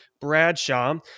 Bradshaw